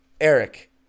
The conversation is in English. Eric